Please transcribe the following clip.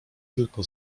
tylko